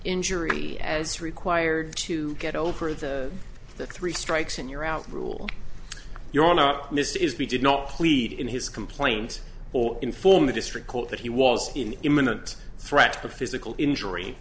injury as required to get over the the three strikes and you're out rule your not miss is the did not plead in his complaint or inform the district court that he was in imminent threat of physical injury